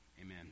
Amen